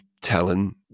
telling